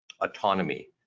autonomy